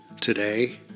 today